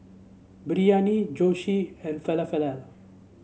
Biryani Zosui and Falafel